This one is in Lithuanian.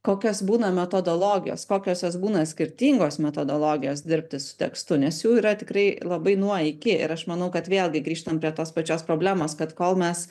kokios būna metodologijos kokios jos būna skirtingos metodologijos dirbti su tekstu nes jų yra tikrai labai nuo iki ir aš manau kad vėlgi grįžtant prie tos pačios problemos kad kol mes